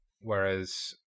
Whereas